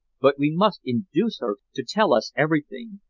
but we must induce her to tell us everything.